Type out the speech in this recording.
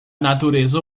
natureza